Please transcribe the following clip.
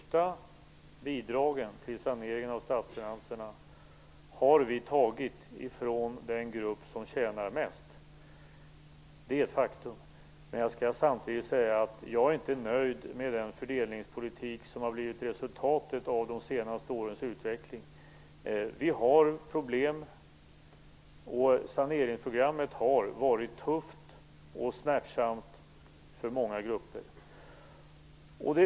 Herr talman! De största bidragen till saneringen av statsfinanserna har vi tagit från den grupp som tjänar mest. Det är ett faktum. Men jag skall samtidigt säga att jag inte är nöjd med den fördelningspolitik som har blivit resultatet av de senaste årens utveckling. Vi har problem, och saneringsprogrammet har varit tufft och smärtsamt för många grupper.